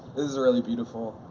is really beautiful.